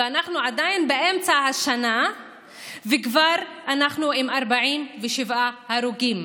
ולעומת זאת אנחנו עדיין באמצע השנה וכבר אנחנו עם 47 הרוגים.